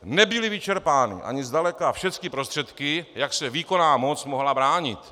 Nebyly vyčerpány ani zdaleka všechny prostředky, jak se výkonná moc mohla bránit.